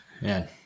man